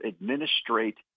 administrate